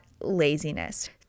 laziness